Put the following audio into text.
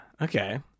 Okay